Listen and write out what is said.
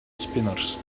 spinners